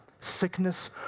sickness